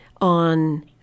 on